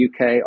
UK